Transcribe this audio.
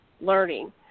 learning